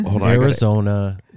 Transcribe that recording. Arizona